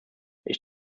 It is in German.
ich